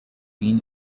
being